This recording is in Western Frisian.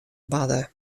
barde